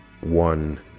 one